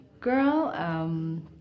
girl